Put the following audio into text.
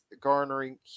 garnering